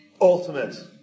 ultimate